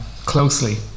closely